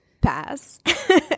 pass